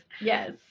Yes